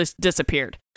disappeared